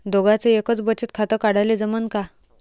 दोघाच एकच बचत खातं काढाले जमनं का?